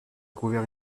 couvert